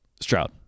Stroud